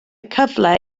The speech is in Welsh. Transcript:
cyfle